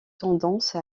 tendance